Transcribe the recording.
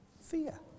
Fear